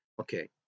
Okay